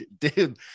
dude